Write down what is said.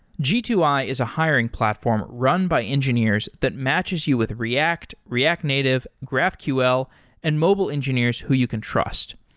g two i is a hiring platform run by engineers that matches you with react, react native, graphql and mobile engineers who you can trust.